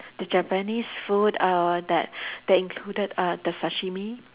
the Japanese food uh that that included uh the sashimi